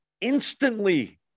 instantly